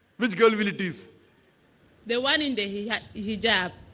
which girl will it is the one ending he yeah he jab.